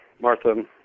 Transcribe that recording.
Martha